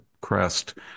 crest